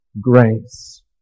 grace